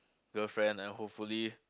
girlfriend and hopefully